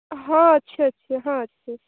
ହଁ ଅଛି ଅଛି ହଁ ଅଛି